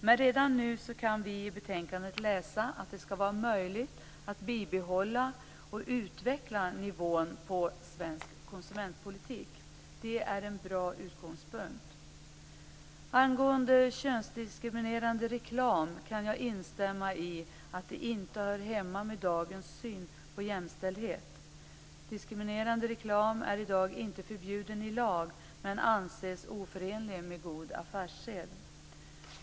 Men redan nu kan vi i betänkandet läsa att det skall vara möjligt att bibehålla och utveckla nivån på svensk konsumentpolitik. Det är en bra utgångspunkt. Angående könsdiskriminerande reklam kan jag instämma i att det inte hör hemma i dagens syn på jämställdhet. Diskriminerande reklam är i dag inte förbjuden i lag, men anses oförenlig med god affärssed.